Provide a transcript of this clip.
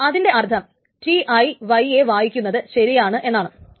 അപ്പോൾ അതിൻറെ അർത്ഥം Ti y യെ വായിക്കുന്നത് ശരിയാണ് എന്നതാണ്